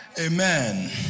Amen